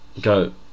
Go